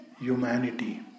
humanity